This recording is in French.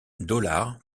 dollars